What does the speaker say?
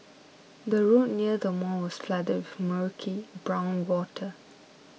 the road near the mall was flooded with murky brown water